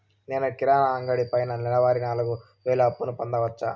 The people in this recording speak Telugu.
నేను కిరాణా అంగడి పైన నెలవారి నాలుగు వేలు అప్పును పొందొచ్చా?